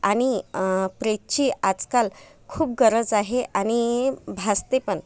आणि प्रेसची आजकाल खूप गरज आहे आणि भासते पण